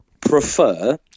prefer